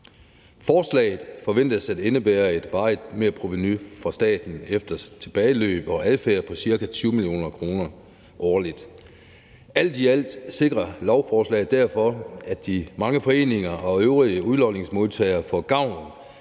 Forslaget forventes at indebære at varigt merprovenu for staten efter tilbageløb og adfærd på cirka 20 mio. kr. årligt. Alt i alt sikrer lovforslaget derfor, at de mange foreninger og øvrige udlodningsmodtagere får gavn